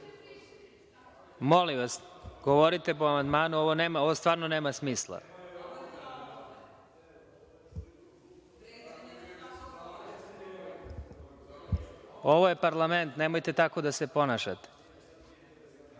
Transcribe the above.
molim vas, govorite po amandmanu. Ovo stvarno nema smisla. Ovo je parlament, nemojte tako da se ponašate. Reč